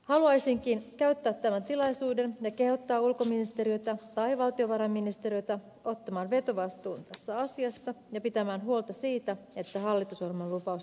haluaisinkin käyttää tämän tilaisuuden ja kehottaa ulkoministeriötä tai valtiovarainministeriötä ottamaan vetovastuun tässä asiassa ja pitämään huolta siitä että hallitusohjelman lupaus täyttyy